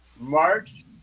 March